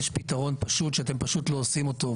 יש פתרון פשוט שאתם לא עושים אותו,